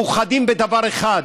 מאוחדים בדבר אחד: